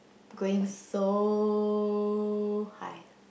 going so high